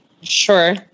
Sure